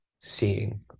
seeing